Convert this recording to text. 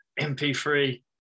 MP3